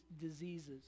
diseases